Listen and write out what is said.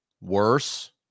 worse